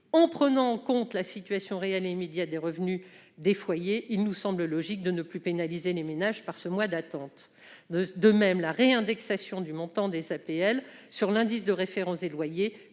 en prenant en compte la situation réelle et immédiate des revenus des foyers, il nous semble logique de ne plus pénaliser les ménages par ce mois d'attente. De même, la réindexation du montant des APL sur l'indice de référence des loyers